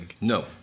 No